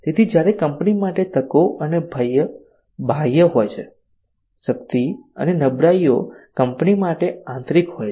તેથી જ્યારે કંપની માટે તકો અને ભય બાહ્ય હોય છે શક્તિ અને નબળાઈઓ કંપની માટે આંતરિક હોય છે